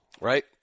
right